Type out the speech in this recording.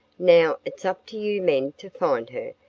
now, it's up to you men to find her,